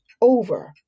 over